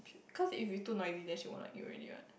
cause if you too noisy then she won't like you already what